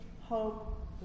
hope